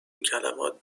کلمات